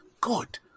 good